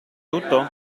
tutto